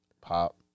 Pop